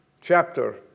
chapter